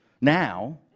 Now